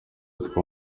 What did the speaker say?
two